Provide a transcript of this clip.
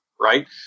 right